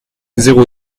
zéro